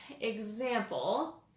example